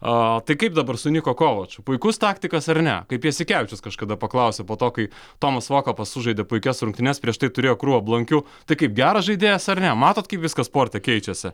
aa tai kaip dabar su niko kovaču puikus taktikas ar ne kaip jasikevičius kažkada paklausė po to kai tomas volkapas sužaidė puikias rungtynes prieš tai turėjo krūvą blankių tai kaip geras žaidėjas ar ne matot kaip viskas sporte keičiasi